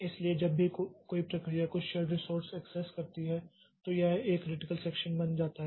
इसलिए जब भी कोई प्रक्रिया कुछ शेर्ड रीसोर्स एक्सेस करती है तो यह एक क्रिटिकल सेक्षन बन जाता है